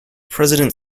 president